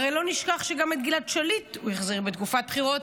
הרי לא נשכח שגם את גלעד שליט הוא החזיר בתקופת בחירות,